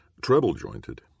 treble-jointed